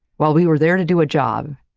while we were there to do a job,